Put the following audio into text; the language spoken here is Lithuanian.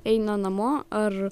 eina namo ar